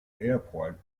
airport